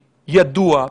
ידוע,